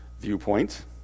viewpoint